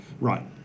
right